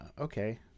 okay